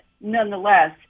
nonetheless